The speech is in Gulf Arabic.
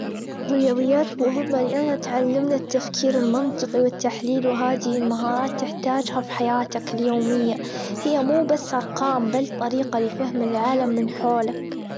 الرياظيات مهمة لأنها تعلمنا التفكير المنطقي والتحليل وهذي المهارات تحتاجها في حياتك اليومية هي مو بس أرقام بل طريقة لفهم العالم من حولك.